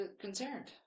concerned